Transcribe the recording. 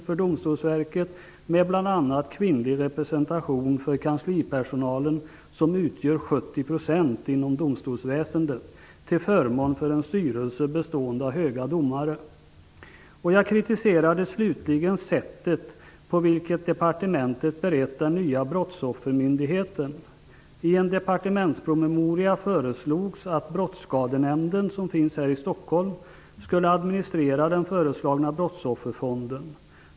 Där lyckades man, efter det att frågan legat en månad i justitieutskottet varvid nydemokraterna bearbetades, i slutskedet genom förhandlingar på högsta nivå mellan Tobisson och Wachtmeister. Jag kritiserade slutligen sättet på vilket departementet berett den nya brottsoffermyndigheten. I en departementspromemoria föreslogs att Brottsskadenämnden, som finns här i Stockholm, skulle administrera den föreslagna brottsofferfonden.